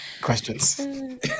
questions